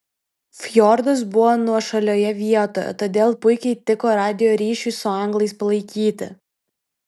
fjordas buvo nuošalioje vietoje todėl puikiai tiko radijo ryšiui su anglais palaikyti